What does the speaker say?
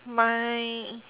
my